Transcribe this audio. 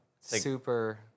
super